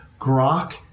Grok